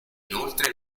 inoltre